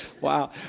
wow